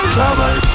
Trouble